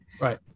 Right